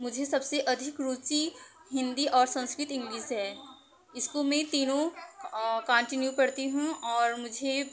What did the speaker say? मुझे सबसे अधिक रुचि हिंदी और संस्कृत इंग्लिश है इसको मैं तीनों कॉन्टीन्यु करती हूँ और मुझे